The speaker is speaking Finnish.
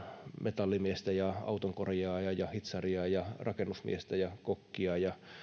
metallimiestä ja autonkorjaajaa ja hitsaria ja rakennusmiestä ja kokkia